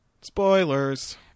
Spoilers